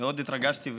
מאוד התרגשתי,